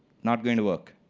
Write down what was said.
not going to work.